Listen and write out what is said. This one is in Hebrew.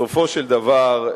בסופו של דבר,